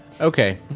Okay